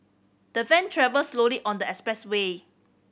the van travelled slowly on the expressway